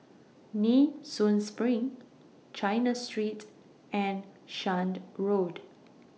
Nee Soon SPRING China Street and Shan Road